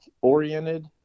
oriented